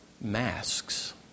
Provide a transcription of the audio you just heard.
masks